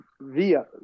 Via